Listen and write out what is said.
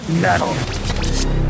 Metal